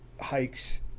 hikes